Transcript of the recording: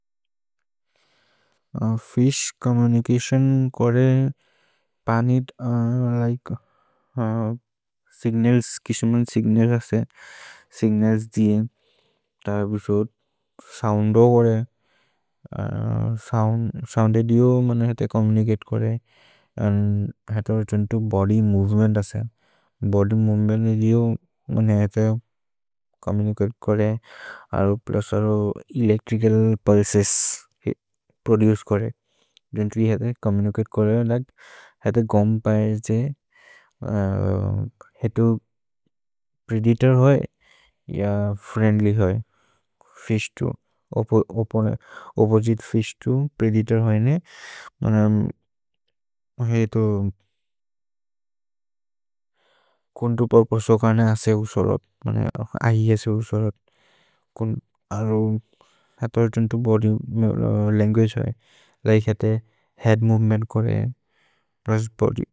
फिश् चोम्मुनिचतिओन् करे पानि लिके सिग्नल्स् किश्मन् सिग्नल्स् असे सिग्नल्स् दिये। सोउन्द् हो करे सोउन्द् औदिओ मनहेते चोम्मुनिचते करे अन्द् बोद्य् मोवेमेन्त् असे बोद्य् मोवेमेन्त् औदिओ मनहेते। छोम्मुनिचते करे अरु प्लुस् अरु एलेच्त्रिचल् पुल्सेस् प्रोदुचे करे गेन्त्ल्य् हेते चोम्मुनिचते करे लिके हेते गोम् पये। जे हेतु प्रेदतोर् होइ य फ्रिएन्द्ल्य् होइ फिश् तु ओपजित् फिश् तु प्रेदतोर् होइने मनहेते कुन्तु पुर्पोसे ओकने असे उसोरत् मनहे। अहि असे उसोरत् कुन् अरु हेतु अतुन्तु बोद्य् लन्गुअगे होइ लिके हेते हेअद् मोवेमेन्त् करे प्लुस् बोद्य्।